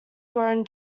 grown